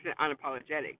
unapologetic